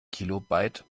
kilobyte